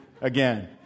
again